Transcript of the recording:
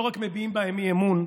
לא רק מביעים בהם אי-אמון,